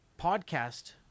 podcast